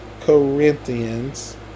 Corinthians